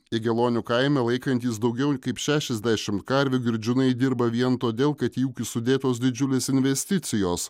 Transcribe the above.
jagėlonių kaime laikantys daugiau kaip šešiasdešim karvių girdžiūnai dirba vien todėl kad į ūkį sudėtos didžiulės investicijos